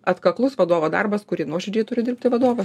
atkaklus vadovo darbas kurį nuoširdžiai turi dirbti vadovas